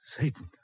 Satan